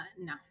no